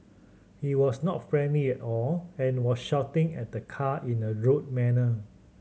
he was not friendly at all and was shouting at the car in a rude manner